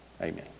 Amen